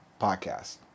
podcast